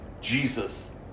Jesus